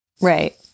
Right